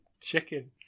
chicken